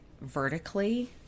vertically